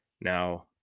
Now